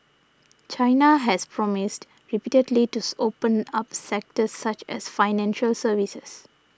China has promised repeatedly tooth open up sectors such as financial services